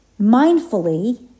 mindfully